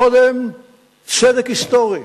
קודם צדק היסטורי,